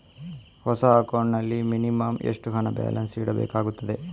ಹೊಸ ಅಕೌಂಟ್ ನಲ್ಲಿ ಮಿನಿಮಂ ಎಷ್ಟು ಹಣ ಬ್ಯಾಲೆನ್ಸ್ ಇಡಬೇಕಾಗುತ್ತದೆ?